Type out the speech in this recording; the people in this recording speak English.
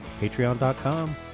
patreon.com